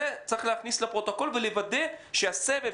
את זה צריך להכניס לפרוטוקול ולוודא שסבב